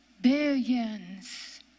billions